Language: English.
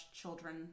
children